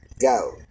go